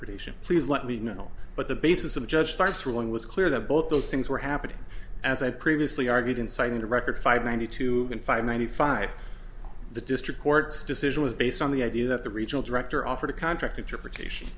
pretty please let me know but the basis of judge starts ruling was clear that both those things were happening as i previously argued insight into record five ninety two and five ninety five the district court's decision was based on the idea that the regional director offered a contract